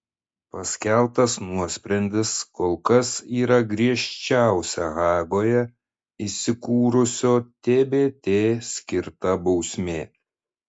paskelbtas nuosprendis kol kas yra griežčiausia hagoje įsikūrusio tbt skirta bausmė